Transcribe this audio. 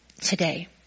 today